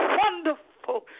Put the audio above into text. wonderful